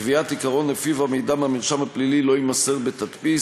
קביעת עיקרון שלפיו המידע מהמרשם הפלילי לא יימסר בתדפיס,